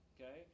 Okay